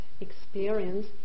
experience